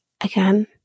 Again